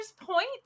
point